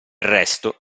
resto